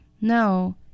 No